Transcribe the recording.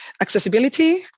accessibility